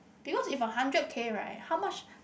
because if a hundred K right how much